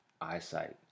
eyesight